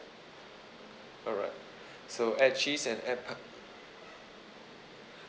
alright so add cheese and add pi~